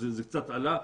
אז זה קצת עלה,